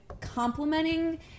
complimenting